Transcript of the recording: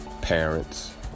Parents